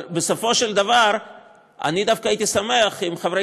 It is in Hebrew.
בסופו של דבר אני דווקא הייתי שמח אם חברי